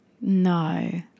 No